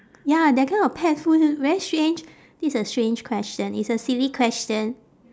ya that kind of pet food very strange this a strange question it's a silly question